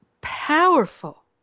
powerful